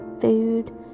food